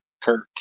Kirk